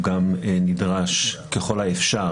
הוא גם נדרש ככל האפשר